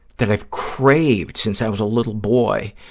that i've craved since i was a little boy,